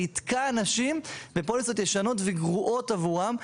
זה יתקע אנשים בפוליסות ישנות וגרועות עבורם.